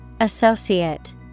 Associate